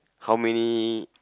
how many